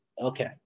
Okay